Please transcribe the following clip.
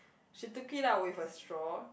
she took it out with a straw